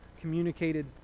communicated